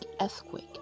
earthquake